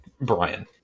Brian